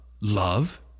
love